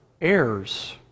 heirs